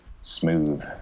smooth